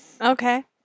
Okay